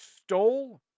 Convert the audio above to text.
stole